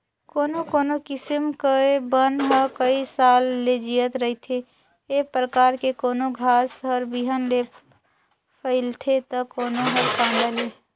कोनो कोनो किसम के बन ह कइ साल ले जियत रहिथे, ए परकार के कोनो घास हर बिहन ले फइलथे त कोनो हर कांदा ले